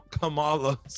Kamala